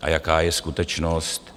A jaká je skutečnost?